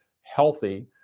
healthy